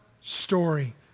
story